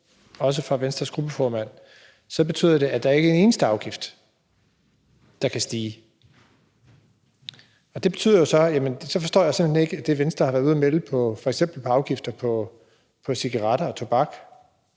også fra Venstres gruppeformands side, så betyder det, at der ikke er en eneste afgift, der kan stige. Og så forstår jeg simpelt hen ikke det, Venstre har været ude at melde, f.eks. i forhold til afgifter på cigaretter og tobak.